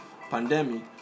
pandemic